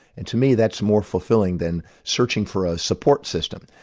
and to me that's more fulfilling than searching for a support system,